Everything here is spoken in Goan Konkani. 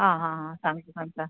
आं हां हां सांगता सांगता